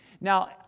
Now